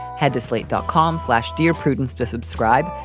head to slate dot com slash. dear prudence to subscribe.